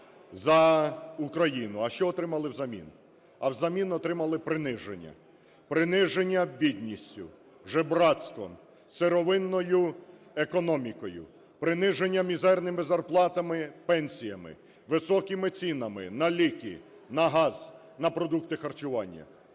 за Україну, а що отримали в замін? А в замін отримали приниження. Приниження бідністю, жебрацтвом, сировинною економікою, приниженням мізерними зарплатами, пенсіями, високими цінами на ліки, на газ, на продукти харчування.